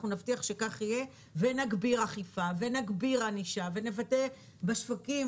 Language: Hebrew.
אנחנו נבטיח שכך יהיה ונגביר אכיפה ונגביר ענישה ונוודא בשווקים